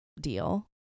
deal